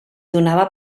donava